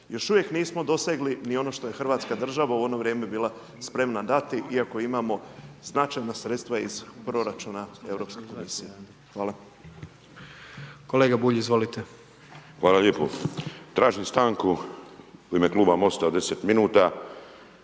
Još uvijek nismo dosegli ni ono što je hrvatska država u ono vrijeme bila spremna dati iako imamo značajna sredstva iz proračuna Europske komisije. Hvala. **Jandroković, Gordan (HDZ)** Kolega Bulj, izvolite. **Bulj, Miro (MOST)** Hvala lijepo. Tražim stanku u ime kluba MOST-a 10 min da